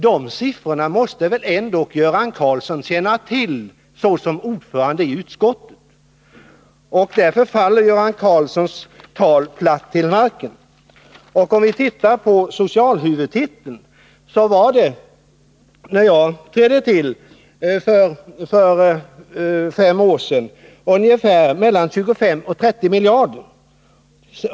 Dessa siffror måste väl ändå Göran Karlsson som ordförande i utskottet känna till. Med dem faller Göran Karlssons tal platt till marken. Vi kan också se på socialhuvudtiteln. När jag trädde till för fem år sedan var den mellan 25 och 30 miljarder.